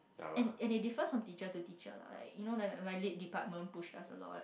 and and it differs from teacher to teacher lah like you know that my Lit department push us a lot